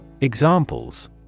Examples